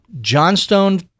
Johnstone